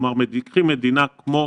קחי מדינה כמו